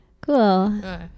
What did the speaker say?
Cool